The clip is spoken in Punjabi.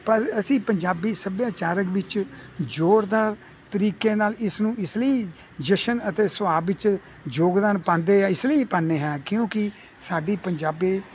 ਪਰ ਅਸੀਂ ਪੰਜਾਬੀ ਸੱਭਿਆਚਾਰਕ ਵਿੱਚ ਜ਼ੋਰਦਾਰ ਤਰੀਕੇ ਨਾਲ ਇਸ ਨੂੰ ਇਸ ਲਈ ਜਸ਼ਨ ਅਤੇ ਸੁਭਾਅ ਵਿੱਚ ਯੋਗਦਾਨ ਪਾਉਂਦੇ ਹੈ ਇਸ ਲਈ ਪਾਉਂਦੇ ਹਾਂ ਕਿਉਂਕਿ ਸਾਡੀ ਪੰਜਾਬੀ